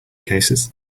cases